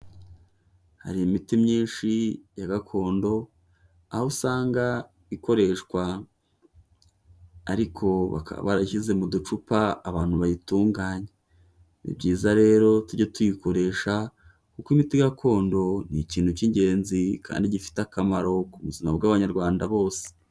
Hari imiti myinshi ya gakondo, aho usanga ikoreshwa ariko bakaba barashyize mu ducupa abantu bayitunganya, ni byiza rero tujye tuyikoresha kuko imiti gakondo ni ikintu k'ingenzi kandi gifite akamaro ku buzima bw'Abanyarwanda bose.